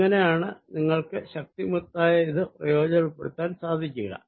ഇങ്ങനെയാണ് നിങ്ങൾക്ക് ശക്തിമത്തായ ഇത് പ്രയോജനപ്പെടുത്താൻ സാധിക്കുക